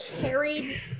carried